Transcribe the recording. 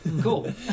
cool